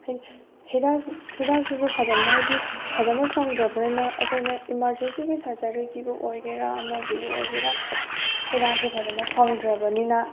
ꯍꯥꯏꯗꯤ ꯍꯤꯗꯥꯛ ꯍꯤꯗꯥꯛꯁꯤꯁꯨ ꯐꯖꯅ ꯍꯥꯏꯗꯤ ꯐꯖꯅ ꯐꯪꯗ꯭ꯔꯕꯅꯤꯅ ꯑꯩꯈꯣꯏꯅ ꯏꯃꯥꯔꯖꯦꯟꯁꯤꯒꯤ ꯁꯔꯖꯔꯤꯒꯤꯕꯨ ꯑꯣꯏꯒꯦꯔ ꯑꯃꯒꯤꯕꯨ ꯑꯣꯏꯒꯦꯔ ꯍꯤꯗꯥꯛꯁꯤ ꯐꯖꯅ ꯐꯪꯗ꯭ꯔꯕꯅꯤꯅ